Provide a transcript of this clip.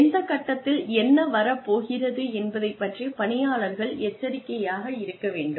எந்த கட்டத்தில் என்ன வரப்போகிறது என்பதைப் பற்றி பணியாளர் எச்சரிக்கையாக இருக்க வேண்டும்